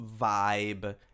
vibe